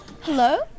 Hello